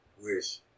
wish